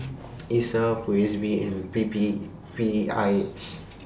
Isa P O S B and P P I S